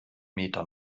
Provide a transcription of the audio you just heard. meter